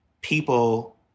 people